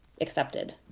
accepted